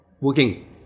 working